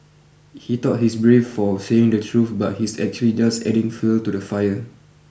he thought he's brave for saying the truth but he's actually just adding fuel to the fire